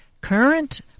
current